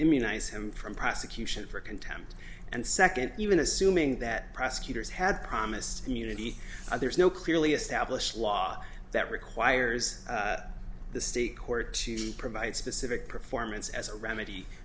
immunize him from prosecution for contempt and second even assuming that prosecutors had promised immunity there's no clearly established law that requires the state court to provide specific performance as a remedy